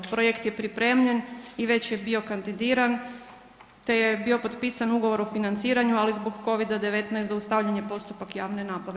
Projekt je pripremljen i već je bio kandidiran te je bio potpisan ugovor o financiranju, ali zbog Covida-19 zaustavljen je postupak javne nabave.